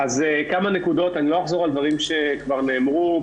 כמה נקודות, אני לא אחזור על דברים שכבר נאמרו.